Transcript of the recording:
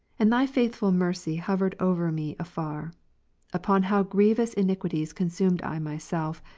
and thy faithful mercy hovered over me afar upon how grievous iniquities consumed i myself,